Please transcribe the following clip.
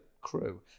crew